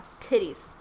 titties